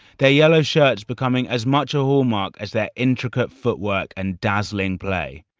their yellow shirts becoming as much a hallmark as their intricate footwork and dazzling play.